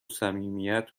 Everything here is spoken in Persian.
صمیمیت